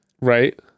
right